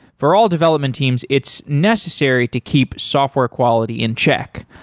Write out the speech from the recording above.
for all development teams, it's necessary to keep software quality in check,